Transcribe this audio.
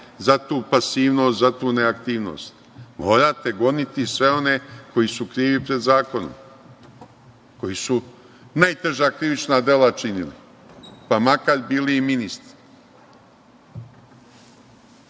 za tu pasivnost, za tu neaktivnost. Morate goniti sve one koji su krivi pred zakonom, koji su najteža krivična dela činili, pa makar bili i ministri.